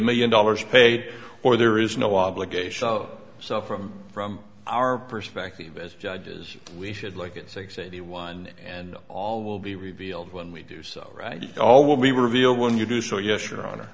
million dollars paid or there is no obligation so from from our perspective as judges we should look at six eighty one and all will be revealed when we do so right all will be revealed when you do so yes your honor